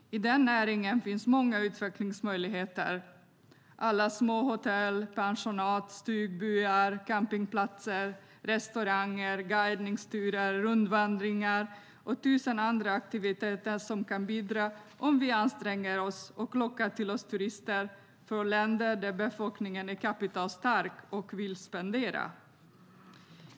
I den näringen finns många utvecklingsmöjligheter. Det handlar om alla små hotell, pensionat, stugbyar, campingplatser, restauranger, guideturer, rundvandringar och tusen andra aktiviteter som kan bidra om vi anstränger oss och lockar till oss turister från länder där befolkningen är kapitalstark och vill spendera.